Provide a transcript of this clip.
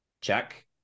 Check